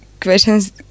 questions